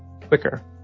quicker